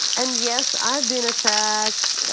and yes, i've been attacked,